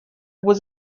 was